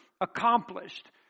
accomplished